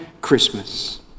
Christmas